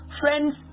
friends